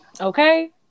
okay